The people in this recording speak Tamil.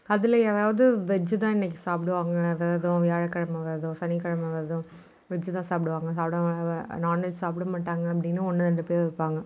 அதில் ஏதாவது வெஜ்ஜி தான் இன்னைக்கு சாப்பிடுவாங்க விரதம் வியாழக்கிழம விரதம் சனிக்கிழம விரதம் வெஜ்ஜி தான் சாப்பிடுவாங்க சாப்பிட நாண்வெஜ் சாப்பிட மாட்டாங்கள் அப்படின்னு ஒன்று ரெண்டு பேர் இருப்பாங்கள்